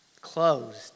closed